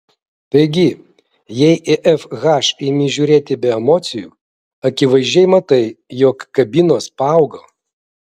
taigi jei į fh imi žiūrėti be emocijų akivaizdžiai matai jog kabinos paaugo